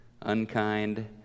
unkind